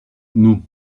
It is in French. nous